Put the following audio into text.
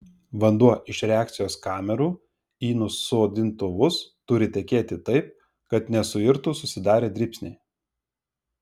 vanduo iš reakcijos kamerų į nusodintuvus turi tekėti taip kad nesuirtų susidarę dribsniai